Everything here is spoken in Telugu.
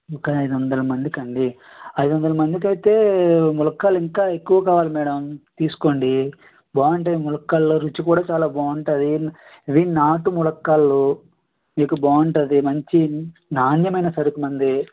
ఒక అయిదు వందల మందికా అండీ అయిదు వందల మందికి అయితే ములక్కాడలు ఇంకా ఎక్కువ కావాలి మేడం తీసుకోండి బాగుంటాయి ములక్కాడలు రుచి కూడా చాలా బాగుంటుంది ఇవి నాటు ములక్కాడలు మీకు బాగుంటుంది మంచి నాణ్యమైన సరుకు మనది